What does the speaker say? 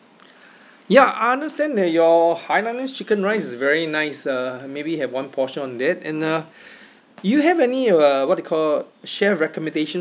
ya I understand that your hainanese chicken rice is very nice uh maybe have one portion on that and uh you have any uh what they call chef recommendation